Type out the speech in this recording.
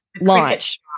launch